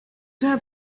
have